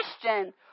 Christian